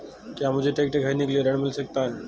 क्या मुझे ट्रैक्टर खरीदने के लिए ऋण मिल सकता है?